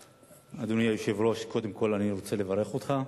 אדוני היושב-ראש, קודם כול אני רוצה לברך אותך.